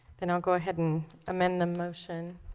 then i'll go ahead and amend the motion